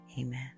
amen